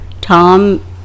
Tom